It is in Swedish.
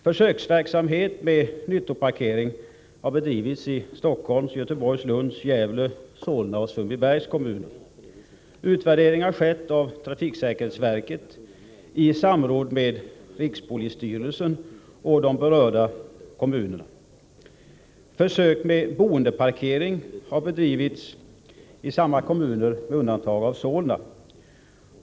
Försöksverksamhet med nyttoparkering har bedrivits i Stockholms, Göteborgs, Lunds, Gävle, Solna och Sundbybergs kommuner. Utvärdering har skett av trafiksäkerhetsverket i samråd med rikspolisstyrelsen och de berörda kommunerna. Försök med boendeparkering har bedrivits i samma kommuner med undantag av Solna.